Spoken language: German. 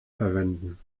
verwenden